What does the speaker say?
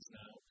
now